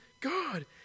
God